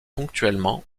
ponctuellement